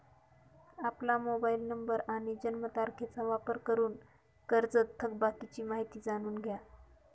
आपला mobile number आणि जन्मतारखेचा वापर करून कर्जत थकबाकीची माहिती जाणून घ्या